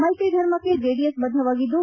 ಮೈತ್ರಿ ಧರ್ಮಕ್ಕೆ ಜೆಡಿಎಸ್ ಬದ್ದವಾಗಿದ್ದು